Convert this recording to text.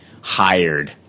hired